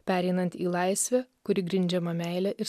pereinant į laisvę kuri grindžiama meile ir